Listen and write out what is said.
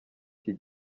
iki